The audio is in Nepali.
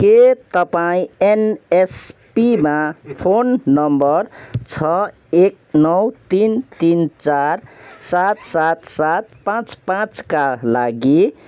के तपाईँँ एनएसपीमा फोन नम्बर छ एक नौ तिन तिन चार सात सात सात पाँच पाँचका लागि